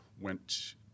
went